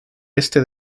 este